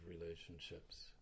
relationships